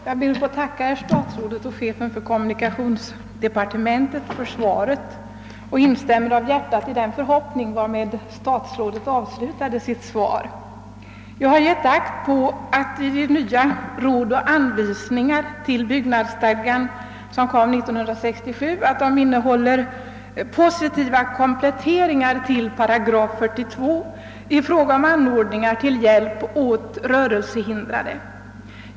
Herr talman! Jag ber att få tacka herr statsrådet och chefen för kommunikationsdepartementet för svaret på min fråga. Jag instämmer av hjärtåt i den förhoppning varmed statsrådet åvslutade svaret. | Jag har uppmärksammat att de nya råd och anvisningar till byggnadsstadgan, som utfärdades år 1967, innehåller positiva kompletteringar till 42 § i fråga om anordningar för hjälp åt rörelsehindrade.